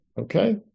Okay